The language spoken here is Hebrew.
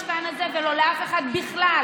אי-אפשר להפריע כל הזמן.